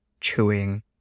chewing